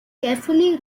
carefully